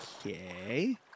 Okay